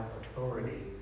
authority